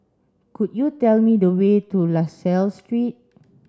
could you tell me the way to La Salle Street